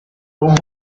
con